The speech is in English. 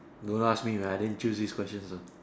don't ask me I didn't choose these questions ah